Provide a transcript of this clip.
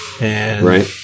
Right